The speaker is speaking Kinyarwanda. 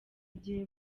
igihe